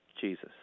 Jesus